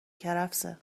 کرفسه